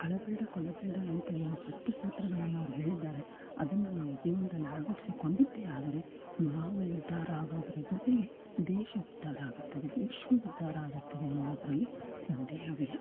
ಕಳ ಬೇಡ ಕೊಲ ಬೇಡ ಎಂತ ಏನು ಸಪ್ತ ಸೂತ್ರಗಳನ್ನು ಅವ್ರು ಹೇಳಿದ್ದಾರೆ ಅದನ್ನು ನಾವು ಜೀವನ್ದಲ್ಲಿ ಅಳವಡ್ಸಿಕೊಂಡಿದ್ದೇ ಆದರೆ ನಾವು ಉದ್ಧಾರ ಆಗೋದರ ಜೊತೆಗೆ ದೇಶ ಉದ್ಧಾರ ಆಗುತ್ತದೆ ವಿಶ್ವ ಉದ್ಧಾರ ಆಗುತ್ತದೆ ಅನ್ನೋದರಲ್ಲಿ ಸಂದೇಹವಿಲ್ಲ